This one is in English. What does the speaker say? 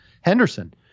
Henderson